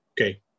okay